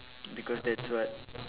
because that's what